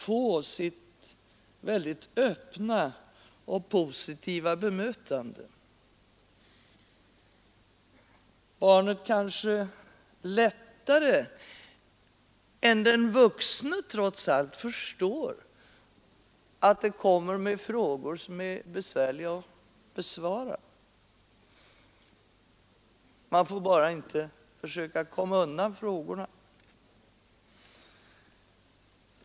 Barnet förstår, kanske bättre än den vuxne tror, att det kommer med frågor som är besvärliga att besvara. Man får inte bara försöka komma undan frågorna.